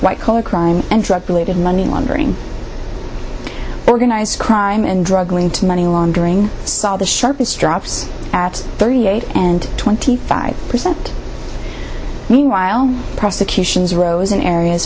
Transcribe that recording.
white collar crime and drug related money laundering organized crime and drug ring to money laundering saw the sharpest drops at thirty eight and twenty five percent meanwhile prosecutions rose in areas